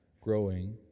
growing